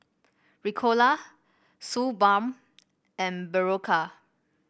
Ricola Suu Balm and Berocca